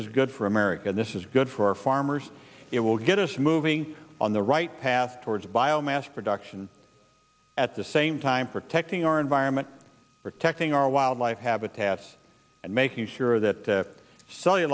is good for america this is good for our farmers it will get us moving on the right path towards bio mass production at the same time protecting our environment protecting our wildlife habitats and making sure that